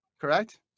correct